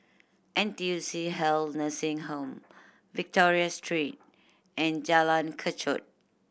N T U C Health Nursing Home Victoria Street and Jalan Kechot